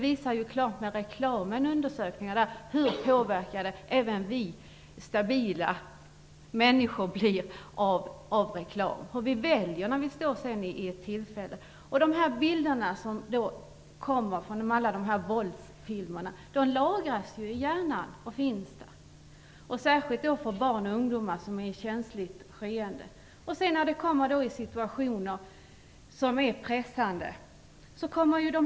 Gjorda undersökningar visar att även stabila människor påverkas av reklam i de val som vi gör. De bilder som visas i våldsfilmerna lagras i hjärnan och finns kvar där, särskilt hos barn och ungdomar, som är i en känslig period. När de sedan hamnar i pressade situationer kommer dessa bilder fram.